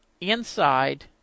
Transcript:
inside